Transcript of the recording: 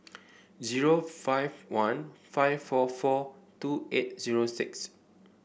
zero five one five four four two eight zero six